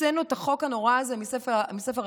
הוצאנו את החוק הנורא הזה מספר החוקים,